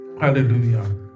Hallelujah